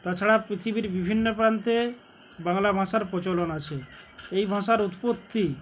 তাছাড়া পৃথিবীর বিভিন্ন প্রান্তে বাংলা ভাষার প্রচলন আছে এই ভাষার উৎপত্তি